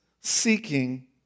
seeking